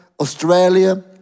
Australia